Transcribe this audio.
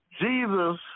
Jesus